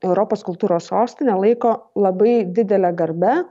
europos kultūros sostine laiko labai didele garbe